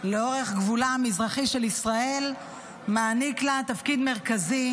לאורך גבולה המזרחי של ישראל מעניק לה תפקיד מרכזי